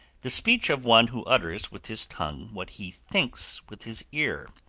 the speech of one who utters with his tongue what he thinks with his ear,